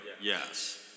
Yes